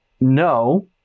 No